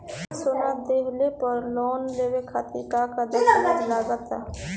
सोना दिहले पर लोन लेवे खातिर का का दस्तावेज लागा ता?